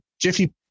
Jiffy